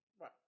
Right